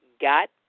got